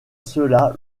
cela